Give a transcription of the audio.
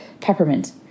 peppermint